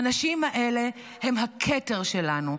האנשים האלה הם הכתר שלנו,